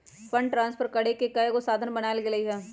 fund प्राप्त करेके कयगो साधन बनाएल गेल हइ